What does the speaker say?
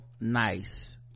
nice